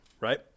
right